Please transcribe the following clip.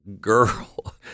girl